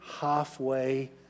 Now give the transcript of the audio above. halfway